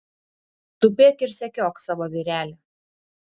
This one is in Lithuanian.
tupėk ir sekiok savo vyrelį